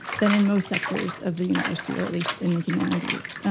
than in most sectors of the university, or at least in the humanities.